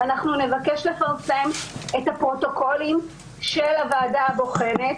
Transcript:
אנחנו נבקש לפרסם את הפרוטוקולים של הוועדה הבוחנת